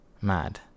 Mad